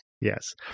Yes